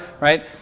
right